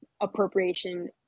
appropriation